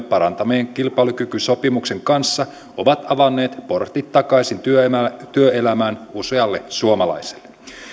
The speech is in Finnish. parantaneen kilpailukykysopimuksen kanssa ovat avanneet portit takaisin työelämään työelämään usealle suomalaiselle